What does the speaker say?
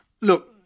look